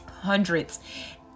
hundreds